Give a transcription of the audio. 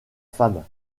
femme